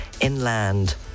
inland